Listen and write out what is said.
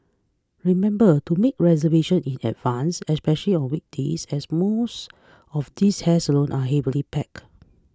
remember to make reservation in advance especially on weekends as most of these hair salons are heavily packed